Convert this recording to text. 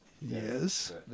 Yes